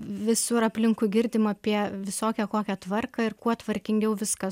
visur aplinkui girdim apie visokią kokią tvarką ir kuo tvarkingiau viskas